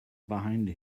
behind